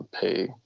pay